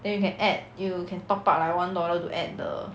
then you can add you can top up like one dollar to add the